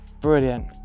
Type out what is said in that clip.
brilliant